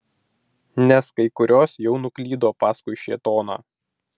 nes kai kurios jau nuklydo paskui šėtoną